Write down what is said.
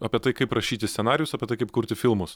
apie tai kaip rašyti scenarijus apie tai kaip kurti filmus